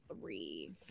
three